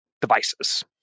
devices